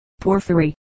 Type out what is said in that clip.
Porphyry